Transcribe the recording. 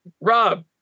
Rob